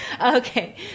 Okay